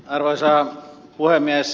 arvoisa puhemies